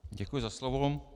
Děkuji za slovo.